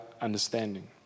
Understanding